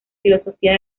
filosofía